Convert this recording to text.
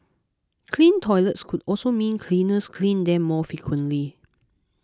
clean toilets could also mean cleaners clean them more frequently